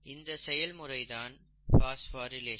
இந்த செயல்முறையை தான் பாஸ்போரிலேஷன்